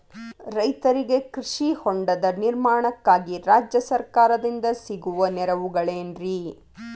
ರೈತರಿಗೆ ಕೃಷಿ ಹೊಂಡದ ನಿರ್ಮಾಣಕ್ಕಾಗಿ ರಾಜ್ಯ ಸರ್ಕಾರದಿಂದ ಸಿಗುವ ನೆರವುಗಳೇನ್ರಿ?